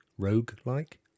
Rogue-like